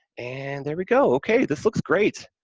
and there we go. okay, this looks great.